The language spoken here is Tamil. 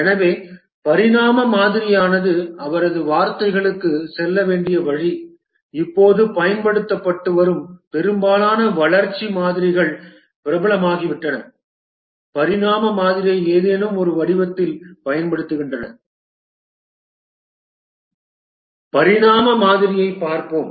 எனவே பரிணாம மாதிரியானது அவரது வார்த்தைகளுக்குச் செல்ல வேண்டிய வழி இப்போது பயன்படுத்தப்பட்டு வரும் பெரும்பாலான வளர்ச்சி மாதிரிகள் பிரபலமாகிவிட்டன பரிணாம மாதிரியை ஏதேனும் ஒரு வடிவத்தில் பயன்படுத்துகின்றன பரிணாம மாதிரியைப் பார்ப்போம்